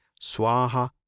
Swaha